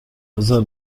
بزار